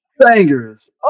bangers